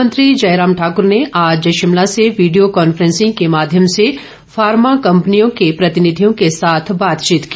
मुख्यमंत्री जयराम ठाकर ने आज शिमला से वीडियो कांफ्रेंसिंग के माध्यम से फार्मा कम्पनियों के प्रतिनिधियों के साथ बातचीत की